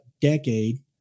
decade